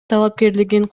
талапкерлигин